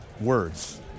words